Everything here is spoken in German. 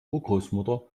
urgroßmutter